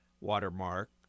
watermark